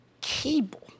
cable